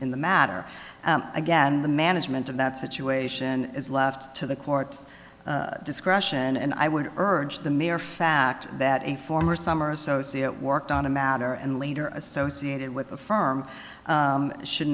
in the matter again the management of that situation is left to the courts discretion and i would urge the mere fact that a former summer associate worked on a matter and later associated with the firm should